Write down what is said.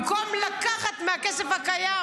במקום לקחת מהכסף הקיים,